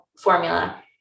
formula